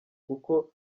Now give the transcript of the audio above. kuko